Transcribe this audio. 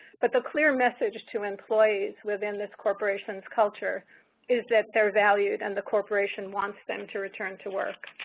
but, the clear message to employees within this corporation's culture is that they are valued and the corporation wants them to return to work.